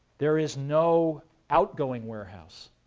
there is no outgoing warehouse.